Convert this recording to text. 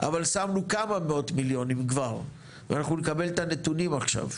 אבל שמנו כמה מאות מיליונים כבר ואנחנו נקבל את הנתונים עכשיו.